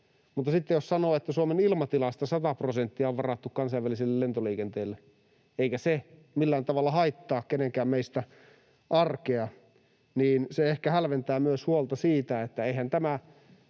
Mutta sitten jos sanoo, että Suomen ilmatilasta 100 prosenttia on varattu kansainväliselle lentoliikenteelle eikä se millään tavalla haittaa kenenkään meistä arkea, niin se ehkä hälventää myös huolta siitä, että eihän tämä